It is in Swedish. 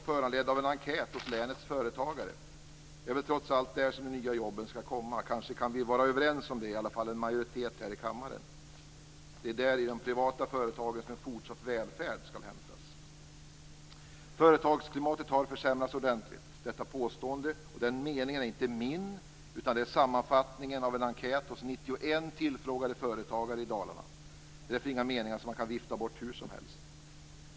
", var föranledd av en enkät hos länets företagare. Det är väl trots allt där som de nya jobben skall komma. Kanske kan vi vara överens om det, i alla fall en majoritet här i kammaren. Det är i de privata företagen som en fortsatt välfärd skall hämtas. Företagsklimatet har försämrats ordentligt. Detta påstående och denna mening är inte min, utan det är sammanfattningen av en enkät hos 91 tillfrågade företagare i Dalarna. Det är därför inte en mening som man kan vifta bort hur som helst.